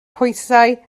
phwysau